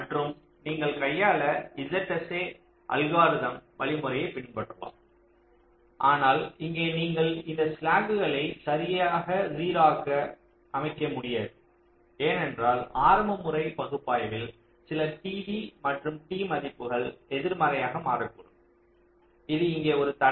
மற்றும் நீங்கள் கையாள ZSA அல்கோரிதம் வழிமுறையை பின்பற்றலாம் ஆனால் இங்கே நீங்கள் இந்த ஸ்லாக்குகளை சரியாக 0 ஆக அமைக்க முடியாது ஏனென்றால் ஆரம்ப முறை பகுப்பாய்வில் சில t v மற்றும் t மதிப்புகள் எதிர்மறையாக மாறக்கூடும் இது இங்கே ஒரு தடை